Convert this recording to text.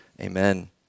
Amen